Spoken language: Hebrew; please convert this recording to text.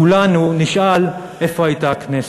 כולנו נשאל איפה הייתה הכנסת.